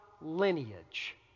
lineage